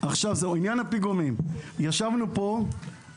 לעניין הפיגומים ישבנו כאן